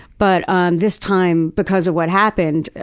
but um this time, because of what happened,